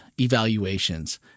evaluations